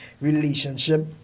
relationship